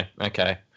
okay